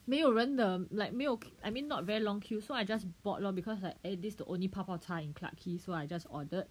没有人的 like 没有 I mean not very long queue so I just bought one because like at least this the only 泡泡茶 in Clarke Quay so I just order